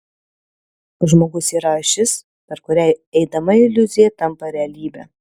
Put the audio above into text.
žmogus yra ašis per kurią eidama iliuzija tampa realybe